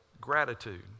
gratitude